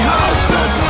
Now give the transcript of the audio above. houses